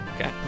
Okay